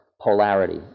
polarity